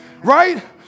right